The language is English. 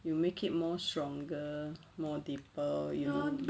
you make it more stronger more deeper you know